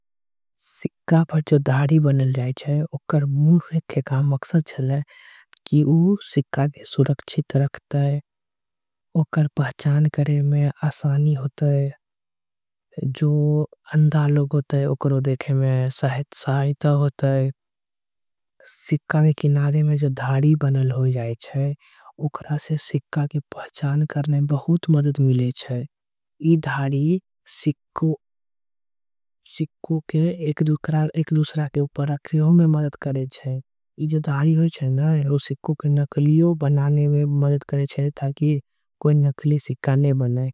सिक्का के सुरक्षित रखतय ओकरा के पहचान करे। के आसानी होय जो अंदलो गोते ओकरा में सहायता। करे छीये सिक्का के किनारा में जो धारी बनल जाए। छे ओकरा से पहचान करय में बहुत मदद मिले छे। ई धारी सिक्का के एक दुसर के ऊपर रखले में। मदद करे छे सिक्का के पहचान करे में मदद करे। छे ताकि कोई नकली सिक्का न बनाए जा रहे।